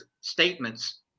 statements